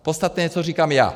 Podstatné je, co říkám já.